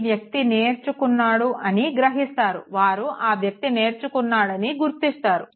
ఈ వ్యక్తి నేర్చుకున్నాడు అని గ్రహించని వారు ఆ వ్యక్తి నేర్చుకున్నాడు అని గుర్తిస్తారు